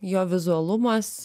jo vizualumas